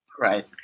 Right